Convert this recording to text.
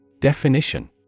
Definition